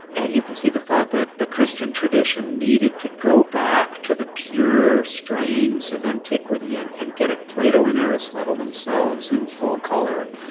and you can see the thought that the christian tradition needed to go back to the pure strains of antiquity and and get plato and aristotle themselves in full color,